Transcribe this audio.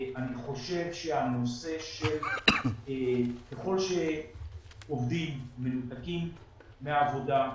אני חושב שככל שעובדים מנותקים מהעבודה,